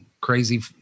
crazy